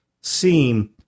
seem